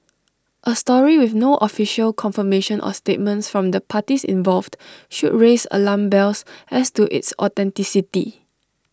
A story with no official confirmation or statements from the parties involved should raise alarm bells as to its authenticity